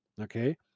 Okay